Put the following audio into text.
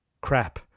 crap